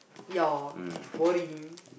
your boring